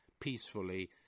peacefully